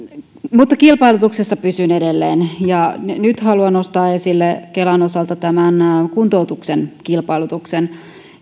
mutta kilpailutuksessa pysyn edelleen nyt haluan nostaa esille kelan osalta kuntoutuksen kilpailutuksen